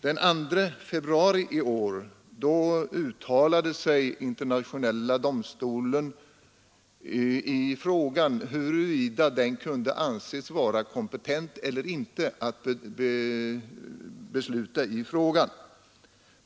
Den 2 februari i år uttalade sig Internationella domstolen i frågan huruvida den kunde anses vara kompetent eller inte att besluta i frågan.